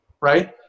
right